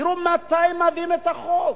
תראו מתי מביאים את החוק,